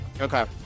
Okay